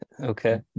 okay